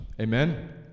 amen